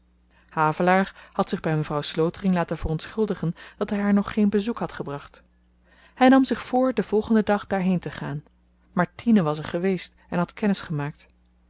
havelaar had zich by mevrouw slotering laten verontschuldigen dat hy haar nog geen bezoek had gebracht hy nam zich voor den volgenden dag daarheen te gaan maar tine was er geweest en had kennis gemaakt